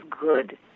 good